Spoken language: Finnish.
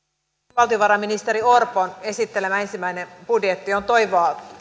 valtiovarainministeri orpon esittelemä ensimmäinen budjetti on toivoa